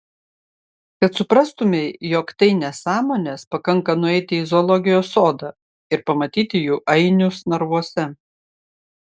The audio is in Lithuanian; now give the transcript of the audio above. kad suprastumei jog tai nesąmonės pakanka nueiti į zoologijos sodą ir pamatyti jų ainius narvuose